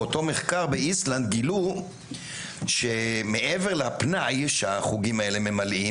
באותו מחקר באיסלנד גילו שמעבר לפנאי שהחוגים האלה ממלאים